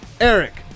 Eric